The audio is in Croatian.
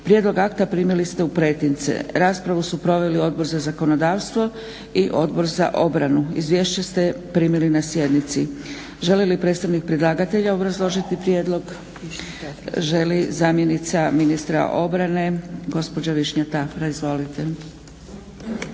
Prijedlog akta primili ste u pretince. Raspravu su proveli Odbor za zakonodavstvo i Odbor za obranu. Izvješće ste primili na sjednici. Želi li predstavnik predlagatelja obrazložiti prijedlog? Želi zamjenica ministra obrane gospođa Višnja Tafra. Izvolite.